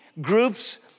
groups